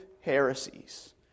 heresies